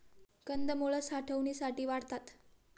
कंदमुळं साठवणीसाठी वाढतात